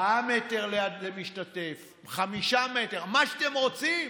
4 מטר למשתתף, 5 מטר, מה שאתם רוצים,